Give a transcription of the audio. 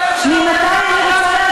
ממתי יועץ משפטי לממשלה אומר מה, ממתי?